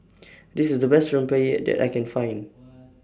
This IS The Best Rempeyek that I Can Find